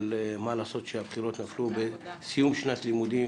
אבל מה לעשות שהבחירות נפלו בסיום שנת לימודים,